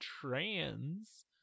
Trans